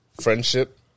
friendship